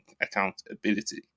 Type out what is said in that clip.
accountability